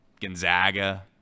Gonzaga